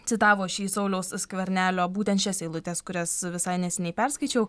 citavo šį sauliaus skvernelio būtent šias eilutes kurias visai neseniai perskaičiau